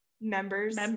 members